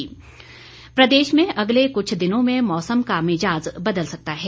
मौसम प्रदेश में अगले कुछ दिनों में मौसम का मिजाज़ बदल सकता है